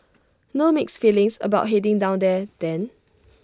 no mixed feelings about heading down there then